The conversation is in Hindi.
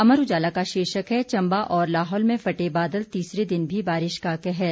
अमर उजाला का शीर्षक है चम्बा और लाहुल में फटे बादल तीसरे दिन भी बारिश का कहर